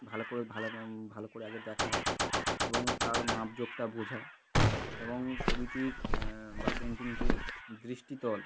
ভালো করে ভালো ভালো করে আগে দেখা এবং তার মাপযোগটা বোঝা এবং ছবিটির বা পেন্টিংটির দৃষ্টিতল